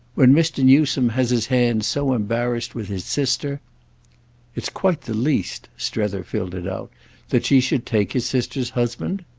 when mr. newsome has his hands so embarrassed with his sister it's quite the least strether filled it out that she should take his sister's husband?